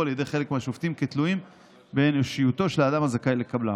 על ידי חלק מהשופטים כתלויים באנושיותו של האדם הזכאי לקבלם.